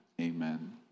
Amen